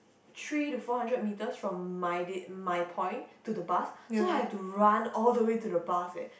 three to four hundred metres from my day my point to the bus so I had to run all the way to the bus eh